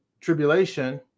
tribulation